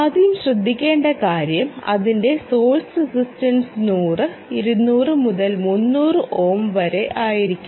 ആദ്യം ശ്രദ്ധിക്കേണ്ട കാര്യം അതിന്റെ സോഴ്സ് റസിസ്റ്റൻസ് 100 200 മുതൽ 300 ഓം വരെയായിരിക്കണം